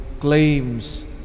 claims